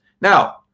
Now